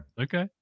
Okay